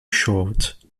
short